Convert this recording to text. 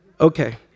Okay